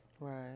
Right